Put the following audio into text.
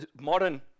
modern